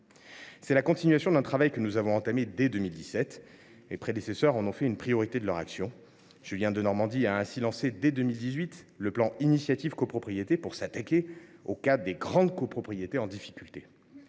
C’est la continuation d’un travail que nous avons entamé dès 2017. Mes prédécesseurs en ont fait une priorité de leur action : Julien Denormandie a ainsi lancé, dès 2018, le plan Initiative Copropriétés (PIC) pour s’attaquer aux cas des grandes copropriétés en difficulté.